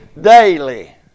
daily